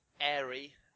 airy